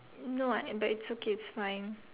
no I but it's okay it's fine